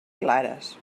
clares